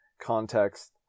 context